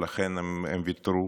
ולכן הם ויתרו